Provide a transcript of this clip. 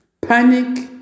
panic